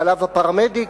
מעליו הפרמדיק.